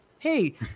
Hey